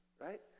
right